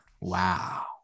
Wow